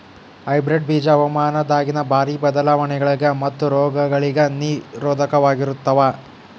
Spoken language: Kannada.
ಹೈಬ್ರಿಡ್ ಬೀಜ ಹವಾಮಾನದಾಗಿನ ಭಾರಿ ಬದಲಾವಣೆಗಳಿಗ ಮತ್ತು ರೋಗಗಳಿಗ ನಿರೋಧಕವಾಗಿರುತ್ತವ